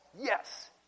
yes